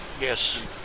Yes